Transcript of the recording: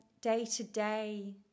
day-to-day